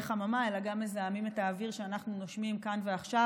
חממה אלא גם מזהם את האוויר שאנחנו נושמים כאן ועכשיו